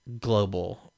global